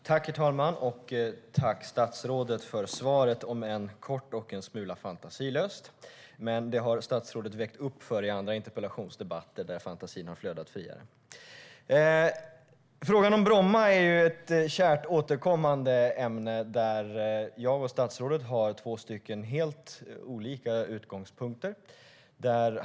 Herr talman! Tack, statsrådet, för svaret, även om det var kort och en smula fantasilöst! Men det har statsrådet uppvägt i andra interpellationsdebatter. Där har fantasin flödat friare. Frågan om Bromma är ett kärt återkommande ämne där jag och statsrådet har helt olika utgångspunkter.